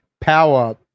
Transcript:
power